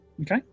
Okay